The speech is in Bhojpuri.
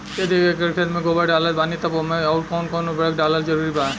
यदि एक एकर खेत मे गोबर डालत बानी तब ओमे आउर् कौन कौन उर्वरक डालल जरूरी बा?